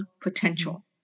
potential